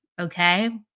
Okay